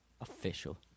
official